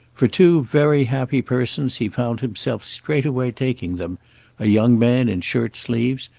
for two very happy persons he found himself straightway taking them a young man in shirt-sleeves,